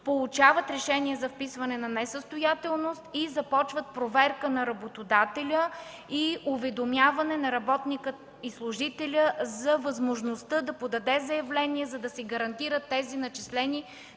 получават решение за вписване на несъстоятелност и започват проверка на работодателя и уведомяване на работника и служителя за възможността да подаде заявление, за да се гарантират тези начислени,